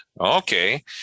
Okay